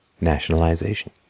nationalization